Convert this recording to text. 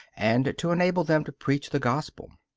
and to enable them to preach the gospel.